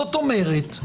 זאת אומרת,